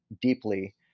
deeply